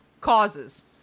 causes